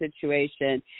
situation